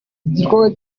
igikorwa